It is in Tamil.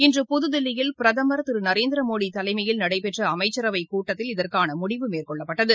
இன்று புதுதில்லியில் பிரதமர் திருநரேந்திரமோடிதலைமையில் நடைபெற்றஅமைச்சரவைக்கூட்டத்தில் இதற்கானமுடிவு மேற்கொள்ளப்பட்டது